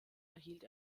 erhielt